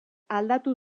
aldatu